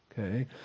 Okay